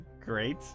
Great